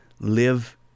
live